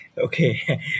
Okay